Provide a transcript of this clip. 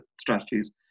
Strategies